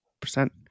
percent